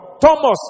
Thomas